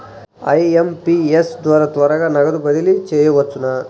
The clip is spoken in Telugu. ఐ.ఎం.పీ.ఎస్ ద్వారా త్వరగా నగదు బదిలీ చేయవచ్చునా?